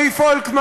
ג'ניפר גורוביץ,